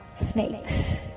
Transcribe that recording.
snakes